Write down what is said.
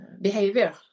behavior